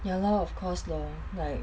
ya lor of course lor like